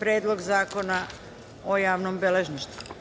Predlog zakona o javnom beležništvu.